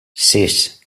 sis